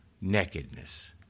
nakedness